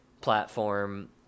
platform